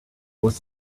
was